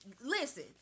Listen